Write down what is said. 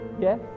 Yes